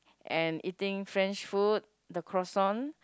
and eating French food the croissant